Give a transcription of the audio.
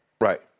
Right